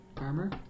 armor